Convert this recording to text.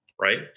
right